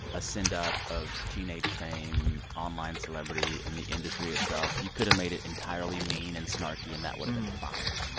a send-up of teenage fame, online celebrity and the industry itself. you could have made it entirely mean and snarky, and that would've been fine.